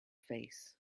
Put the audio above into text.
face